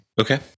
Okay